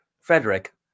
frederick